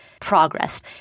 progress